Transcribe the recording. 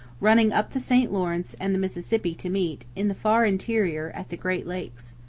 running up the st lawrence and the mississippi to meet, in the far interior, at the great lakes.